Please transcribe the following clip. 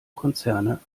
konzerne